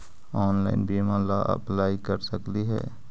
Online बीमा ला apply कर सकली हे?